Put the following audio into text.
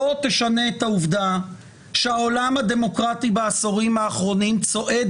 לא תשנה את העובדה שהעולם הדמוקרטי בעשורים האחרונים צועד